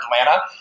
Atlanta